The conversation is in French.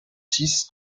six